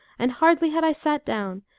and hardly had i sat down,